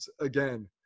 again